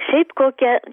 šiaip kokią